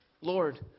Lord